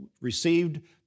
received